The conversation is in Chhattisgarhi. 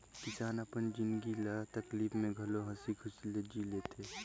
किसान अपन जिनगी ल तकलीप में घलो हंसी खुशी ले जि ले थें